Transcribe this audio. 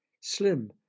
Slim